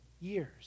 years